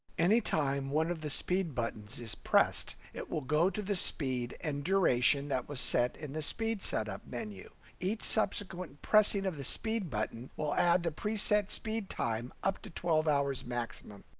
anytime one of the speed buttons is pressed it will go to the speed and duration that was set in the speed setup menu. each subsequent pressing of the speed button will add the preset speed time up to twelve hours maximum.